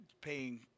paying